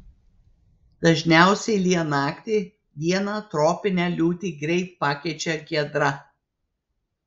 dažniausiai lyja naktį dieną tropinę liūtį greit pakeičia giedra